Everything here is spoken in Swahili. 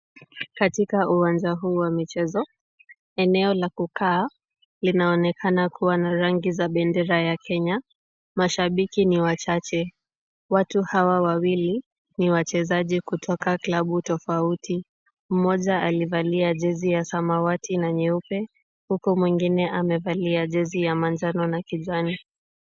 Katika uwanja huu wa michezo, eneo la kukaa inaonekana kuwa na rangi za bendera ya Kenya. Mashabiki ni wachache. Watu hawa wawili ni wachezaji kutoka klabi tofauti. Mmoja alivalia jezi ya samawati na nyeupe, huku mwingine amevalia jezi ya manjano na kijani.